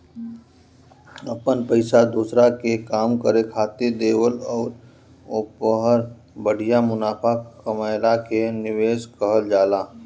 अपन पइसा दोसरा के काम करे खातिर देवल अउर ओहपर बढ़िया मुनाफा कमएला के निवेस कहल जाला